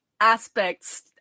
aspects